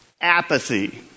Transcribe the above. Apathy